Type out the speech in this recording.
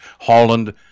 Holland